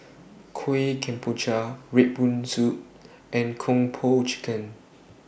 Kueh Kemboja Red Bean Soup and Kung Po Chicken